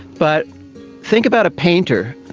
but think about a painter,